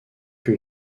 que